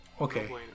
okay